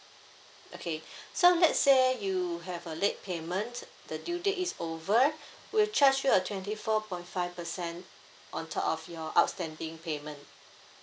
okay so let's say you have a late payment the due date is over we'll charge you a twenty four point five percent on top of your outstanding payment